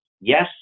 Yes